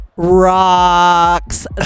rocks